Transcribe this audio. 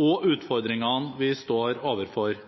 og utfordringene vi står overfor